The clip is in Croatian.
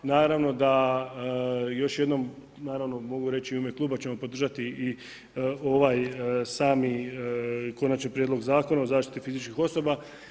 Naravno da još jednom mogu reći i u ime kluba ćemo podržati i ovaj sami konačni prijedlog Zakona o zaštiti fizičkih osoba.